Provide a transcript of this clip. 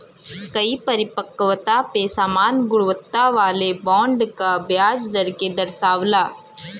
कई परिपक्वता पे समान गुणवत्ता वाले बॉन्ड क ब्याज दर के दर्शावला